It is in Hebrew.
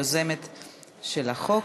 יוזמת החוק.